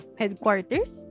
headquarters